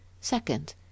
second